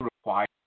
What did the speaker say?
required